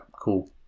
cool